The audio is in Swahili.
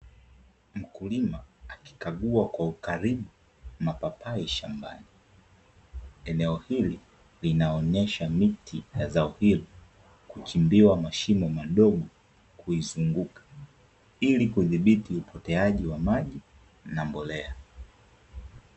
Mkulima akikagua kwa ukaribu mapapai shambani. Eneo hili linaonyesha miti ya zao hili kuchimbiwa mashimo madogo kuizunguka ilikudhibiti upoteaji wa maji na mbolea.